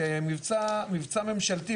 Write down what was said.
כמבצע ממשלתי,